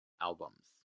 albums